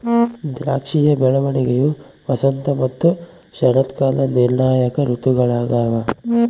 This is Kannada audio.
ದ್ರಾಕ್ಷಿಯ ಬೆಳವಣಿಗೆಯು ವಸಂತ ಮತ್ತು ಶರತ್ಕಾಲ ನಿರ್ಣಾಯಕ ಋತುಗಳಾಗ್ಯವ